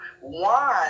one